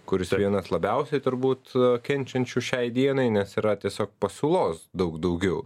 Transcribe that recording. kuris vienas labiausiai turbūt kenčiančių šiai dienai nes yra tiesiog pasiūlos daug daugiau